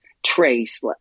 trace